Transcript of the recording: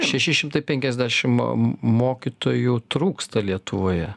šeši šimtai penkiasdešimt mo mokytojų trūksta lietuvoje